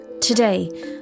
Today